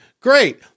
Great